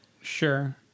Sure